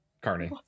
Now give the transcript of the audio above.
carney